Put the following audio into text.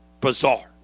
bizarre